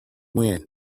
when